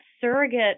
surrogate